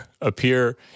appear